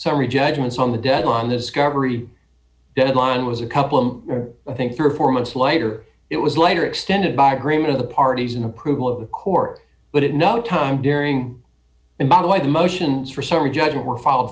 summary judgments on the deadline discovery deadline was a couple m i think three or four months later it was later extended by agreement of the parties and approval of the court but at no time during and by the way the motions for summary judgment were foll